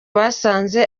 basanze